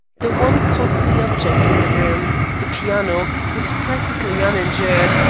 the one costly object in the room the piano was practically uninjured,